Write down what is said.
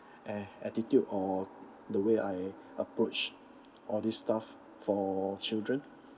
at~ attitude or the way I approach all this stuff for children